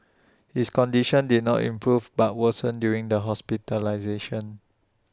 his condition did not improve but worsened during the hospitalisation